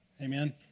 Amen